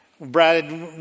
Brad